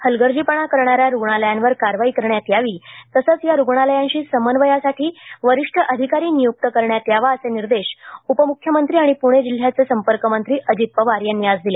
हलगर्जीपणा करणाऱ्या रुग्णालयांवर कारवाई करण्यात यावी तसंच या रुग्णालयांशी समन्वयासाठी वरिष्ठ अधिकारी नियुक्त करण्यात यावा असे निर्देश उपमुख्यमंत्री आणि पूणे जिल्ह्याचे संपर्कमंत्री अजित पवार यांनी आज दिले